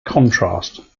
contrast